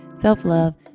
self-love